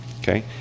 Okay